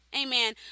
amen